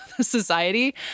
society